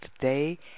today